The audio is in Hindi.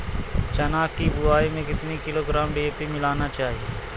चना की बुवाई में कितनी किलोग्राम डी.ए.पी मिलाना चाहिए?